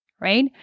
Right